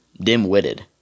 dim-witted